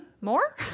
More